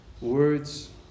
words